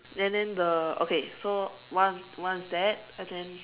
and then the okay so one one is that and then